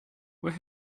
where